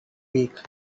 week